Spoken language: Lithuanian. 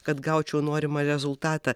kad gaučiau norimą rezultatą